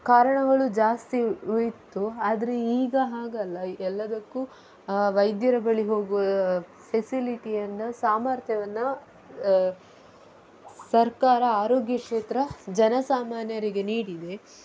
ಕಾರಣಗಳು ಜಾಸ್ತಿ ಇತ್ತು ಆದರೆ ಈಗ ಹಾಗಲ್ಲ ಎಲ್ಲದಕ್ಕೂ ವೈದ್ಯರ ಬಳಿ ಹೋಗುವ ಫೆಸಿಲಿಟಿಯನ್ನ ಸಾಮರ್ಥ್ಯವನ್ನು ಸರ್ಕಾರ ಆರೋಗ್ಯ ಕ್ಷೇತ್ರ ಜನಸಾಮಾನ್ಯರಿಗೆ ನೀಡಿದೆ